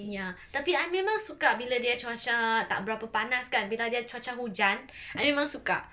ya tapi I memang suka bila dia cuaca tak berapa panas kan bila dia cuaca hujan I memang suka